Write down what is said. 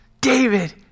David